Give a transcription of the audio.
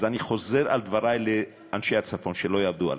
אז אני חוזר על דברי לאנשי הצפון: שלא יעבדו עליכם,